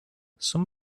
some